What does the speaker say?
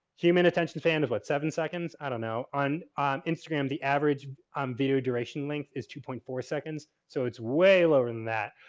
human attention span of about seven seconds, i don't know. on instagram the average um video duration length is two point four seconds. so, it's way lower than that.